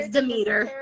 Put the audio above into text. Demeter